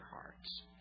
hearts